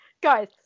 guys